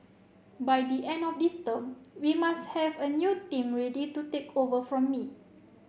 by the end of this term we must have a new team ready to take over from me